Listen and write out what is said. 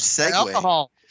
alcohol